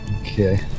Okay